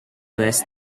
list